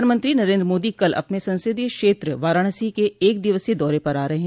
प्रधानमंत्री नरेन्द्र मोदी कल अपने संसदीय क्षेत्र वाराणसी के एक दिवसीय दौरे पर आ रहे है